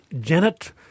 Janet